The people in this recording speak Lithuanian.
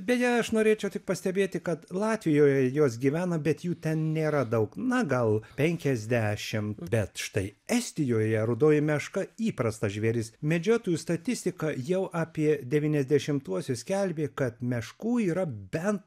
beje aš norėčiau tik pastebėti kad latvijoje jos gyvena bet jų ten nėra daug na gal penkiasdešim bet štai estijoje rudoji meška įprastas žvėris medžiotojų statistika jau apie devyniasdešimtuosius skelbė kad meškų yra bent